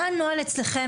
מה הנוהל אצלכם,